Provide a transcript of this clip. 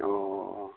अ